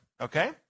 Okay